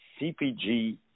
CPG